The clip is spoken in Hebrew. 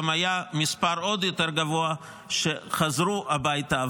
גם היה מספר עוד יותר גבוה שחזרו הביתה,